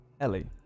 Ellie